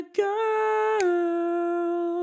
girl